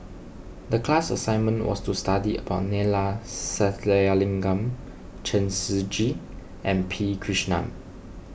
the class assignment was to study about Neila Sathyalingam Chen Shiji and P Krishnan